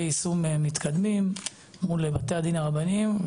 יישום מתקדמים מול בתי הדין הרבניים.